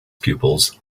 pupils